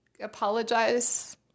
apologize